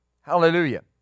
hallelujah